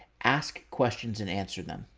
ask questions and answer them.